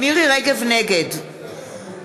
נגד